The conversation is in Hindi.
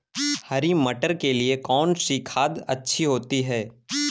हरी मटर के लिए कौन सी खाद अच्छी होती है?